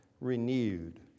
renewed